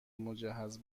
مجهز